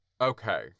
Okay